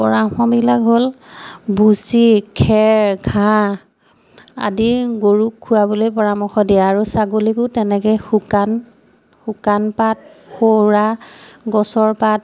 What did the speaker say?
পৰামৰ্শবিলাক হ'ল ভুচি খেৰ ঘাঁহ আদি গৰুক খোৱাবলৈ পৰামৰ্শ দিয়ে আৰু ছাগলীকো তেনেকে শুকান শুকান পাত সৌৰা গছৰ পাত